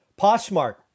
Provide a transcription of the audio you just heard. Poshmark